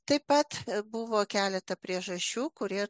taip pat buvo keleta priežasčių kurie